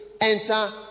enter